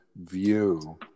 view